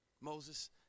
Moses